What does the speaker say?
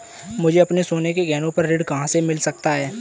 मुझे अपने सोने के गहनों पर ऋण कहाँ से मिल सकता है?